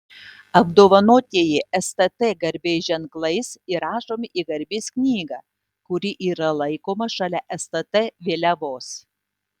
apdovanotieji stt garbės ženklais įrašomi į garbės knygą kuri yra laikoma šalia stt vėliavos